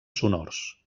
sonors